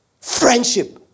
friendship